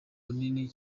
bunini